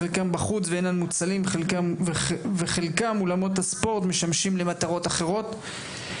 חלקם בחוץ ואינם מוצלים וחלק מאולמות הספורט משמשים למטרות אחרות.